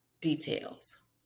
details